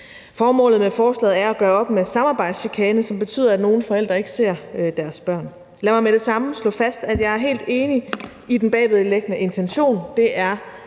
Formålet med forslaget er at gøre op med samarbejdschikane, som betyder, at nogle forældre ikke ser deres børn. Lad mig med det samme slå fast, at jeg er helt enig i den bagvedliggende intention.